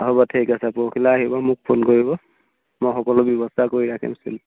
হ'ব ঠিক আছে পৰহিলৈ আহিব মোক ফোন কৰিব মই সকলো ব্যৱস্থা কৰি ৰাখিম